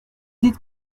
dites